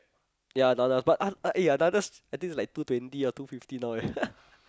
ya ananas but eh ananas I think is like two twenty or two fifty now leh